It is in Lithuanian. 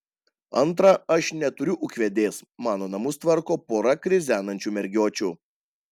antra aš neturiu ūkvedės mano namus tvarko pora krizenančių mergiočių